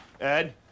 Ed